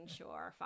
sure